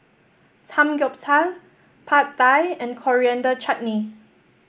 Samgeyopsal Pad Thai and Coriander Chutney